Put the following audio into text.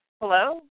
hello